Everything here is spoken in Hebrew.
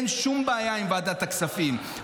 אין שום בעיה עם ועדת הכספים,